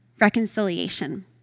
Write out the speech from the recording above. Reconciliation